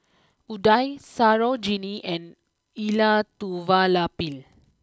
Udai Sarojini and Elattuvalapil